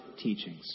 teachings